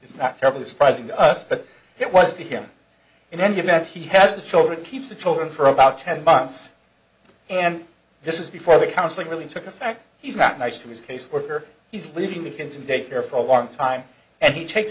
is not terribly surprising to us but it was to him in any event he has the children keeps the children for about ten months and this is before the counseling really took effect he's not nice to his caseworker he's leaving the kids in daycare for a long time and he takes